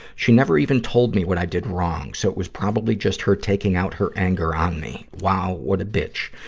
she never even told me what i did wrong, so it was probably just her taking out her anger on me. wow, what a bitch.